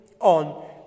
on